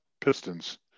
Pistons